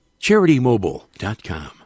CharityMobile.com